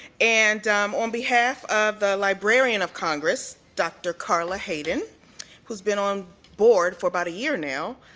and on behalf of the librarian of congress, dr. carla haden who has been on board for about a year now,